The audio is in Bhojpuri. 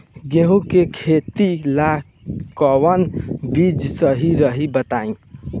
गेहूं के खेती ला कोवन बीज सही रही बताई?